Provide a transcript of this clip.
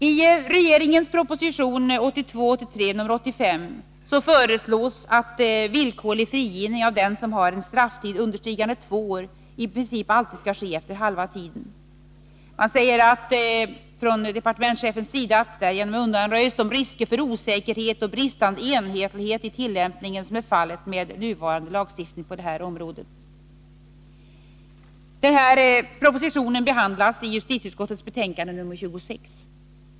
I regeringens proposition 1982/83:85 föreslås att villkorlig frigivning av den som har en strafftid understigande två år i princip alltid skall ske efter halva tiden. Departementschefen säger att därigenom undanröjs de risker för osäkerhet och bristande enhetlighet i tillämpningen som är fallet med nuvarande lagstiftning på detta område. Denna proposition behandlas i justitieutskottes betänkande nr 26.